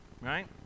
right